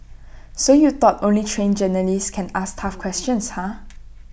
so you thought only trained journalists can ask tough questions huh